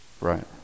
right